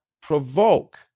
provoke